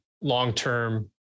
long-term